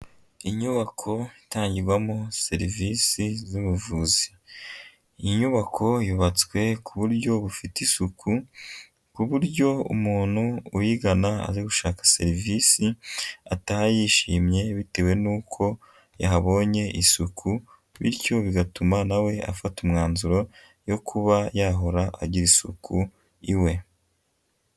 Inyubako itangirwamo serivisi z'ubuvuzi. Iyi nyubako yubatswe ku buryo bufite isuku, ku buryo umuntu uyigana aje gushaka serivisi ataha yishimye bitewe nuko yahabonye isuku, bityo bigatuma nawe afata umwanzuro wo kuba yahora agira isuku iwe.